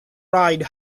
ride